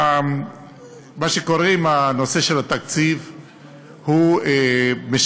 מה שקורה עם נושא התקציב משקף,